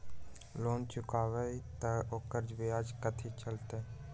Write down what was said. Loan चुकबई त ओकर ब्याज कथि चलतई?